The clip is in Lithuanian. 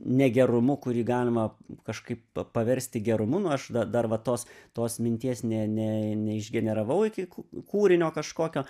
negerumu kurį galima kažkaip pa paversti gerumu nu aš da dar va tos tos minties ne ne neišgeneravau iki kūrinio kažkokio